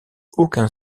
aucun